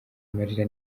amarira